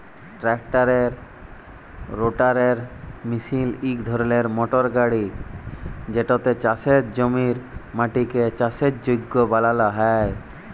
ট্রাক্টারের রোটাটার মিশিল ইক ধরলের মটর গাড়ি যেটতে চাষের জমির মাটিকে চাষের যগ্য বালাল হ্যয়